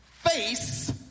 face